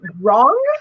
wrong